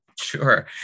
Sure